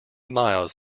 miles